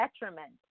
detriment